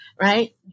Right